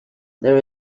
there